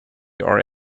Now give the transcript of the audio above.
are